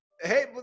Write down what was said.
hey